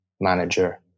manager